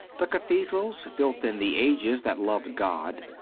the cathedrals, built in the ages that loved god,